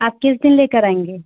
आप किस दिन लेकर आएँगे